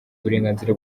uburenganzira